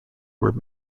were